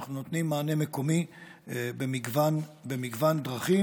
אנחנו נותנים מענה מקומי במגוון דרכים.